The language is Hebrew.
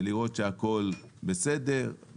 ולראות שהכל בסדר,